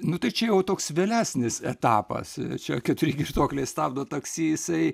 nu tai čia jau toks vėlesnis etapas čia keturi girtuokliai stabdo taksi jisai